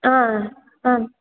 आ आम्